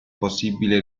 possibile